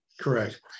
Correct